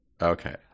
okay